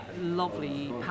lovely